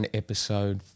episode